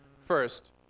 First